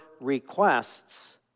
requests